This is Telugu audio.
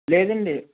లేదు అండి